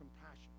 compassion